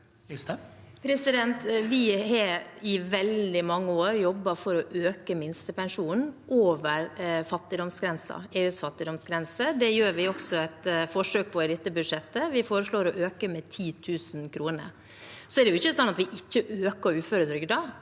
(FrP) Vi har i veldig man- ge år jobbet for å øke minstepensjonen over EUs fattigdomsgrense. Det gjør vi også et forsøk på i dette budsjettet. Vi foreslår å øke med 10 000 kr. Så er det ikke sånn at vi ikke øker uføretrygden.